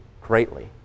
greatly